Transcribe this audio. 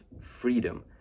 freedom